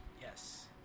Yes